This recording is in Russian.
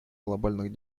глобальных